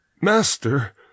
Master